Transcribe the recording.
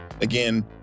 again